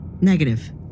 Negative